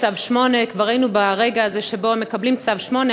צו 8" כבר היינו ברגע הזה שבו מקבלים צו 8,